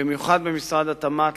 במיוחד במשרד התמ"ת,